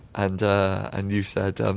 and and you said um